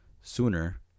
sooner